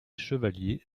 chevalier